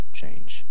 change